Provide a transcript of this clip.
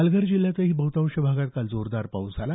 पालघर जिल्ह्यातही बहुतांश भागात काल जोरदार पाऊस झाला